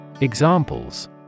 Examples